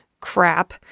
crap